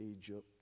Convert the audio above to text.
Egypt